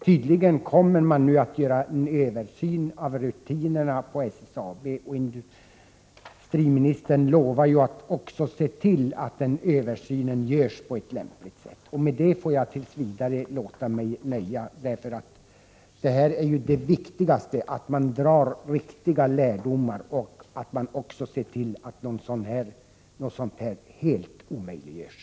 Tydligen kommer man nu att göra en översyn av rutinerna på SSAB, och industriministern lovar att se till att den översynen görs på ett lämpligt sätt. Med det får jag tills vidare låta mig nöja. Det viktiga är ju att man drar riktiga lärdomar och också ser till att olyckor sådana som dem jag har berört i min fråga helt omöjliggörs.